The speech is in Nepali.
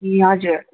ए हजुर